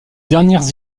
dernières